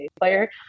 player